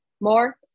more